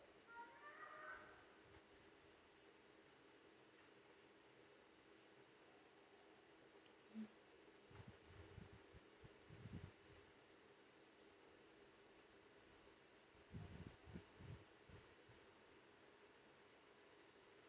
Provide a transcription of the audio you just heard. mm